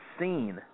seen